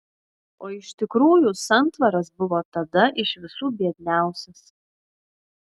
o iš tikrųjų santvaras buvo tada iš visų biedniausias